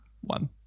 One